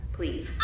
Please